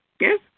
Yes